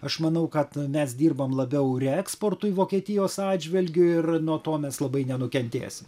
aš manau kad mes dirbam labiau reeksportui vokietijos atžvilgiu ir nuo to mes labai nenukentėsim